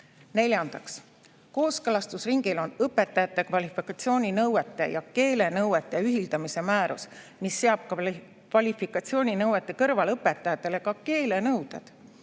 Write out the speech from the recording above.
Neljandaks, kooskõlastusringil on õpetajate kvalifikatsiooninõuete ja keelenõuete ühildamise määrus, mis seab kvalifikatsiooninõuete kõrval õpetajatele ka keelenõuded.